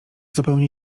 zupełnie